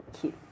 cute